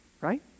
right